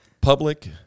public